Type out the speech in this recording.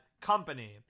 company